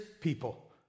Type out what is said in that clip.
people